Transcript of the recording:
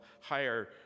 higher